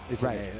Right